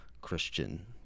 Christian